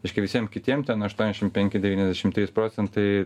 reiškia visiem kitiem ten aštuoniasdešim penki devyniasešim trys procentai